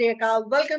welcome